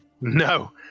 No